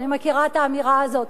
אני מכירה את האמירה הזאת,